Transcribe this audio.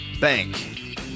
Bank